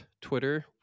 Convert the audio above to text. Twitter